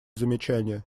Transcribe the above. замечания